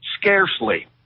Scarcely